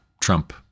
Trump